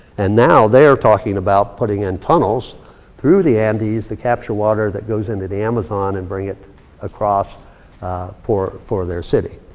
and now they're talking about putting in tunnels through the andes, to capture water that goes into the amazon, and bring it across for for their city.